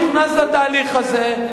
הוא נכנס לתהליך הזה,